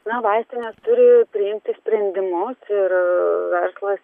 na vaistinės turi priimti sprendimus ir verslas